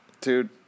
dude